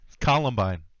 Columbine